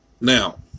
Now